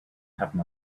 happen